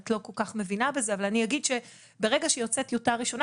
את לא כל כך מבינה בזה אבל אני אגיד שברגע שיוצאת טיוטה ראשונה,